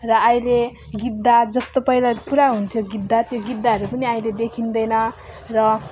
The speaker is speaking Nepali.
र अहिले गिद्ध जस्तो पहिला पुरा हुन्थ्यो गिद्ध त्यो गिद्धहरू पनि आहिले देखिँदैन र